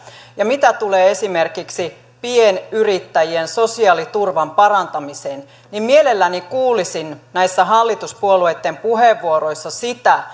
ja mitä tulee esimerkiksi pienyrittäjien sosiaaliturvan parantamiseen mielelläni kuulisin näissä hallituspuolueitten puheenvuoroissa sitä